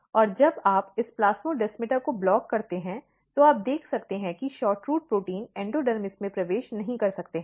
और जब आप इस प्लास्मोडेमाटा को ब्लॉक करते हैं तो आप देख सकते हैं कि SHORTROOT प्रोटीन एंडोडर्मिस में प्रवेश नहीं कर सकते हैं